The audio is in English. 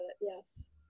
yes